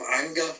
anger